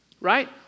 right